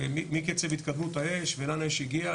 מקצב התפתחות האש ולאן האש הגיעה,